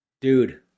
Dude